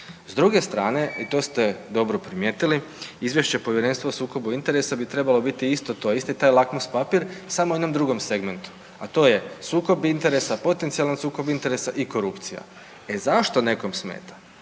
S druge strane i to ste dobro primijetili, izvješće Povjerenstva za odlučivanje o sukobu interesa bi trebalo biti isto to, isti taj lakmus papir samo u jednom drugom segmentu, a to je sukob interesa, potencijalni sukob interesa i korupcija. E zašto nekom smeta